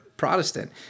Protestant